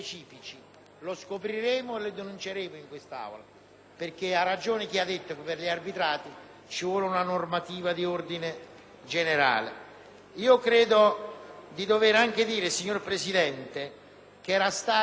lo scopriremo e lo denunceremo in quest’Aula, perche´ ha ragione chi ha detto che per gli arbitrati ci vuole una normativa di carattere generale. Debbo anche dire, signor Presidente, che era stata